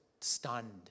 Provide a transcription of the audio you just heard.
stunned